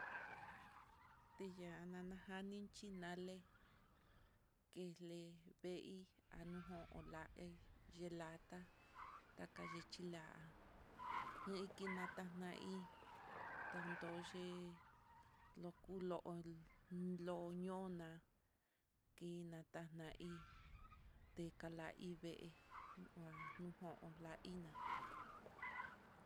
Tiya'a nanajani xhinale, kixli veei anojon la exhí yeelata, tacrichí la'a ña iki nata lahi ta juntoxhi lokulol loñoná, kina taxna hí tekala hí vee, há nujun la iná.